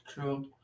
True